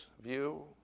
view